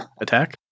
attack